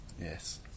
yes